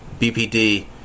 BPD